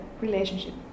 relationship